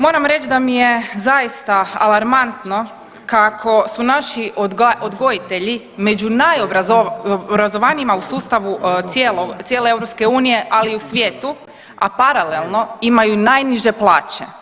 Moram reći da mi je zaista alarmantno kako su naši odgojitelji među najobrazovanijima u sustavu cijele EU, ali i u svijetu, a paralelno imaju najniže plaće.